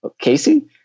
casey